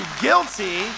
guilty